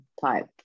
type